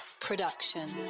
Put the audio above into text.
production